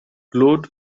glowed